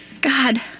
God